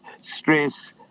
stress